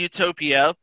Utopia